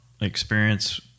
experience